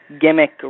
gimmick